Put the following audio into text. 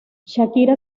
shakira